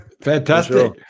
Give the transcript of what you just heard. Fantastic